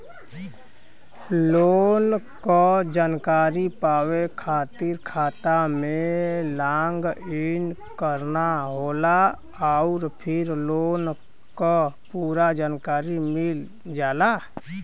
loan क जानकारी पावे खातिर खाता में लॉग इन करना होला आउर फिर लोन क पूरा जानकारी मिल जाला